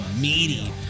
meaty